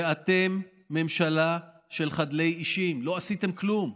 ואתם ממשלה של חדלי אישים, לא עשיתם כלום.